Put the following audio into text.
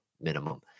minimum